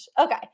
Okay